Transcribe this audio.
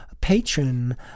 patron